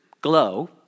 glow